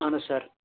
اَہَن حظ سَر